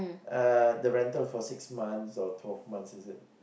uh the rental for six months or twelve months is it